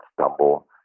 stumble